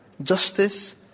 Justice